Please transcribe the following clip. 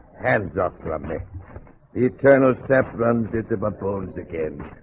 hands up from me the eternal steps runs it above bones again